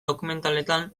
dokumentaletan